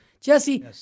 Jesse